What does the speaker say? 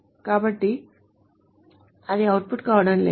కాబట్టి అది అవుట్పుట్ కావడం లేదు